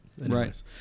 Right